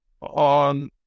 on